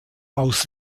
aus